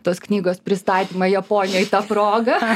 tos knygos pristatymą japonijoj ta proga